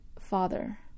Father